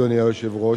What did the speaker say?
אדוני היושב-ראש,